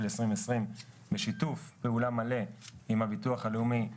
2020 בשיתוף פעולה מלא עם הביטוח הלאומי,